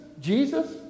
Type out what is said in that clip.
Jesus